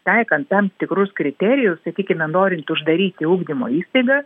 taikant tam tikrus kriterijus sakykime norint uždaryti ugdymo įstaigas